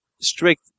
strict